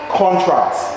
contrast